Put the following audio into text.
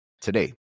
today